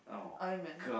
Iron-Man